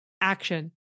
action